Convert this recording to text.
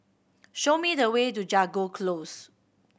show me the way to Jago Close